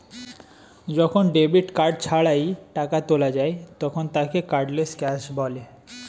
যখন debit card ছাড়াই টাকা তোলা যায় তখন তাকে কার্ডলেস ক্যাশ বলে